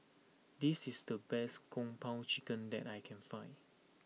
this is the best Kung Po Chicken that I can find